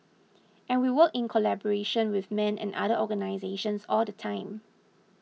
and we work in collaboration with men and other organisations all the time